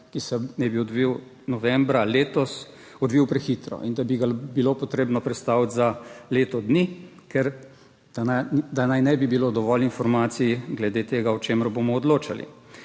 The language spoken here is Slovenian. ki se naj bi odvil novembra letos, odvil prehitro in da bi ga bilo potrebno prestaviti za leto dni, ker da naj ne bi bilo dovolj informacij glede tega, o čemer bomo odločali.